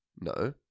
No